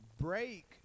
break